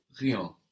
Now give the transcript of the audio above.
rien